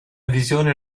visione